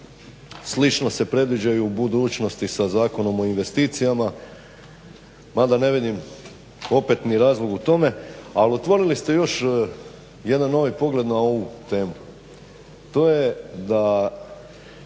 slično se predviđaju u budućnosti sa Zakonom o investicijama mada ne vidim opet ni razlog o tome. Ali otvorili ste još jedan novi pogled na ovu temu.